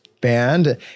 band